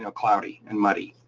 and cloudy and muddy.